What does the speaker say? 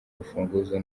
rufunguzo